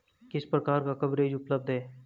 किस प्रकार का कवरेज उपलब्ध है?